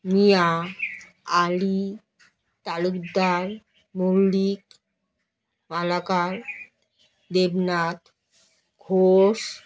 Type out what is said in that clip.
Mia Ali Talukdar Mallick Malakar Debnath Ghosh